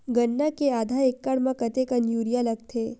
गन्ना के आधा एकड़ म कतेकन यूरिया लगथे?